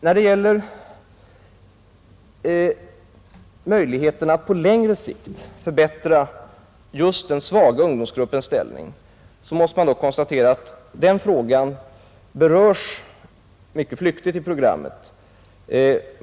När det gäller möjligheterna att på längre sikt förbättra just den svaga ungdomsgruppens ställning måste man dock konstatera, att den frågan berörs mycket flyktigt i programmet.